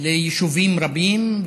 ליישובים רבים,